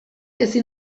ezin